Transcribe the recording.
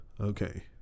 Okay